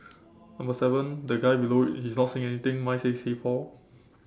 number seven the guy below it he's not saying anything mine says hey Paul